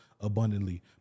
abundantly